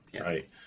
Right